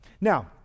now